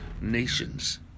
nations